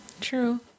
True